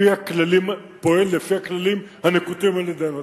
פועל לפי הכללים הנקוטים על-ידינו.